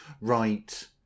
right